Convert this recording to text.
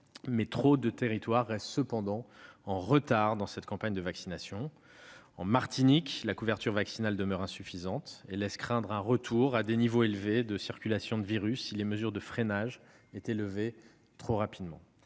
Trop de territoires restent cependant en retard dans cette campagne de vaccination. En Martinique, la couverture vaccinale demeure insuffisante, et laisse craindre un retour à des niveaux élevés de circulation de virus si les mesures de freinage étaient levées trop rapidement.